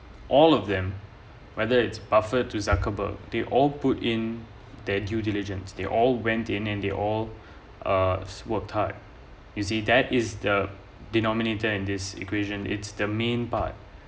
all of them whether it's buffet to zuckerberg they all put in their due diligence they all went in and they all uh works hard is he that is the denominator in this equation it's the main part